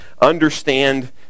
understand